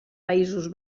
països